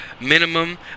minimum